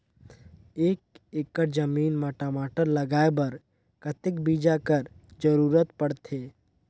एक एकड़ जमीन म टमाटर लगाय बर कतेक बीजा कर जरूरत पड़थे?